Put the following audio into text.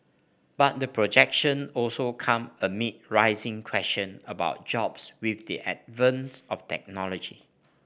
but the projection also come amid rising questions about jobs with the advent of technology